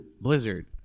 Blizzard